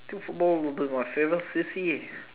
football will be my favourite C_C_A